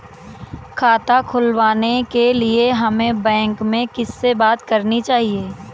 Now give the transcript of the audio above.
खाता खुलवाने के लिए हमें बैंक में किससे बात करनी चाहिए?